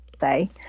say